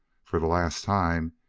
for the last time,